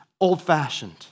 old-fashioned